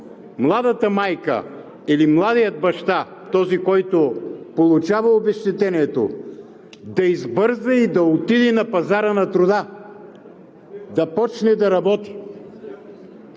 младата майка или младият баща, този който получава обезщетението, да избърза и да отиде на пазара на труда, да започне да работи.